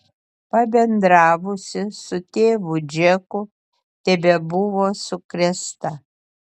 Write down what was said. pabendravusi su tėvu džeku tebebuvo sukrėsta